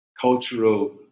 cultural